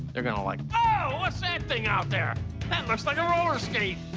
they're gonna like, whoa! what's that thing out there? that looks like a roller skate.